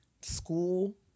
school